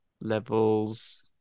levels